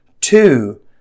Two